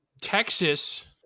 Texas